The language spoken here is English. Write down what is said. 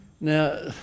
Now